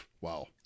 Wow